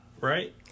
right